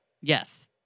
Yes